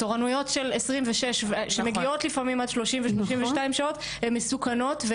תורנויות של 26 שעות שמגיעות לפעמים עד 30 או 32 שעות הן מסוכנות,